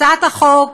הצעת החוק